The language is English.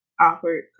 awkward